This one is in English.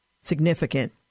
significant